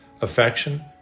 affection